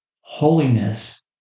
holiness